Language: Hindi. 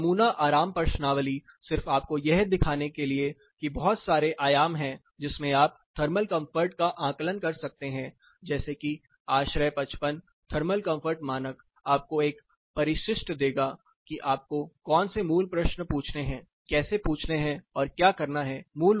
एक नमूना आराम प्रश्नावली सिर्फ आपको यह दिखाने के लिए कि बहुत सारे आयाम हैं जिसमें आप थर्मल कंफर्ट का आकलन कर सकते हैं जैसे कि आश्रय 55 थर्मल कंफर्ट मानक आपको एक परिशिष्ट देगा कि आपको कौन से मूल प्रश्न पूछने हैं कैसे पूछने हैं और क्या करना है